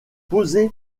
posée